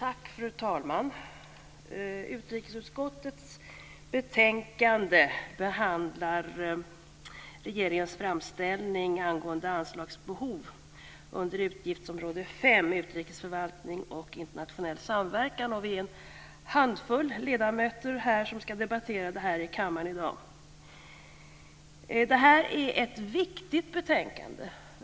Fru talman! Utrikesutskottets betänkande behandlar regeringens framställning angående anslagsbehov under utgiftsområde 5, Utrikesförvaltning och internationell samverkan. Vi är en handfull ledamöter som ska debattera i kammaren i dag. Det här är ett viktigt betänkande.